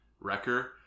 Wrecker